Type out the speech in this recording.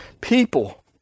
people